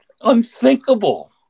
unthinkable